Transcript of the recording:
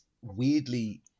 weirdly